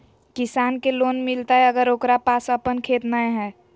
किसान के लोन मिलताय अगर ओकरा पास अपन खेत नय है?